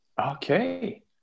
Okay